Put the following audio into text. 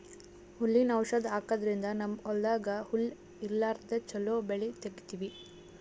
ಹುಲ್ಲಿನ್ ಔಷಧ್ ಹಾಕದ್ರಿಂದ್ ನಮ್ಮ್ ಹೊಲ್ದಾಗ್ ಹುಲ್ಲ್ ಇರ್ಲಾರ್ದೆ ಚೊಲೋ ಬೆಳಿ ತೆಗೀತೀವಿ